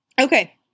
Okay